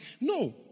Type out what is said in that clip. No